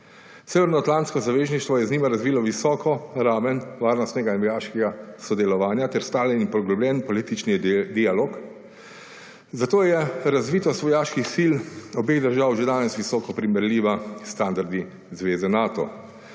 Severnoatlantsko zavezništvo je z njima razvilo visoko raven varnostnega in vojaškega sodelovanja ter stalen in poglobljen političen dialog, zato je razvitost vojaških sil obeh držav že danes visoko primerljiva s standardi Zveze Nato.